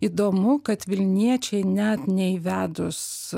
įdomu kad vilniečiai net neįvedus